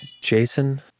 Jason